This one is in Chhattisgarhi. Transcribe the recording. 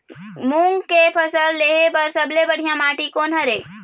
मूंग के फसल लेहे बर सबले बढ़िया माटी कोन हर ये?